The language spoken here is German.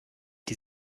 die